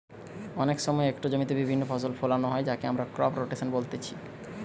অনেক সময় একটো জমিতে বিভিন্ন ফসল ফোলানো হয় যাকে আমরা ক্রপ রোটেশন বলতিছে